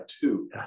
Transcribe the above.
two